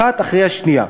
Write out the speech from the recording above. האחת אחרי השנייה.